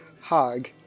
hog